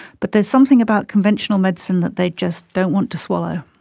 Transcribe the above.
but there's something about conventional medicine that they just don't want to swallow.